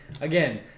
Again